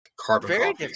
carbon